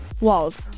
walls